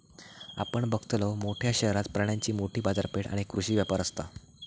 आपण बघलव, मोठ्या शहरात प्राण्यांची मोठी बाजारपेठ आणि कृषी व्यापार असता